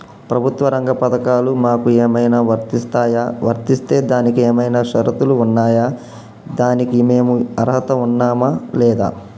ప్రభుత్వ రంగ పథకాలు మాకు ఏమైనా వర్తిస్తాయా? వర్తిస్తే దానికి ఏమైనా షరతులు ఉన్నాయా? దానికి మేము అర్హత ఉన్నామా లేదా?